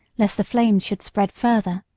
lest the flames should spread further.